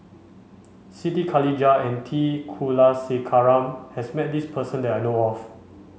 Siti Khalijah and T Kulasekaram has met this person that I know of